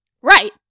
right